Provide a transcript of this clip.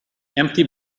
empty